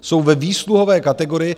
Jsou ve výsluhové kategorii.